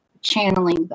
channeling